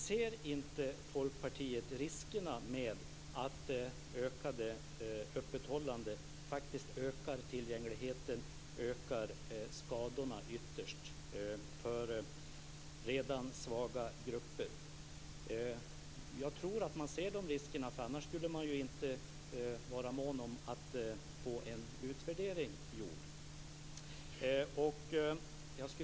Ser inte Folkpartiet riskerna med att ökat öppethållande ökar tillgängligheten och ytterst ökar skadorna i redan svaga grupper? Jag tror att Folkpartiet ser riskerna, annars skulle man inte vara mån om en utvärdering.